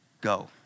go